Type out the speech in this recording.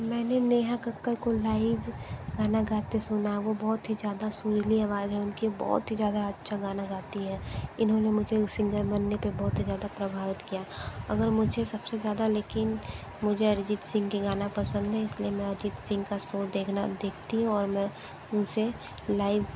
मैंने नेहा कक्कड़ को लाइव गाना गाते सुना है वो बहुत ही ज़्यादा सुरीली आवाज है उनकी बहुत ही ज़्यादा अच्छा गाना गाती है इन्होंने मुझे सिंगर बनने पे बहुत ज़्यादा प्रभावित किया अगर मुझे सबसे ज़्यादा लेकिन मुझे अरिजीत सिंह के गाना पसंद है इसलिए मैं अरिजीत सिंह का सो देखना देखती हूँ और मैं उसे लाइव